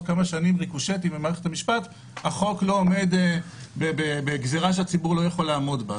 כמה שנים ריקושטים ממערכת המשפט שזאת גזירה שהציבור לא יכול לעמוד בה.